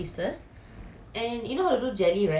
ya ya I know I know agar agar